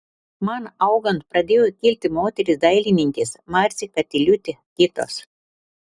man augant pradėjo kilti moterys dailininkės marcė katiliūtė kitos